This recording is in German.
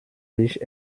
licht